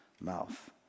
mouth